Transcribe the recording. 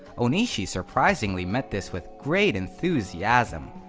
onishi surprisingly met this with great enthusiasm,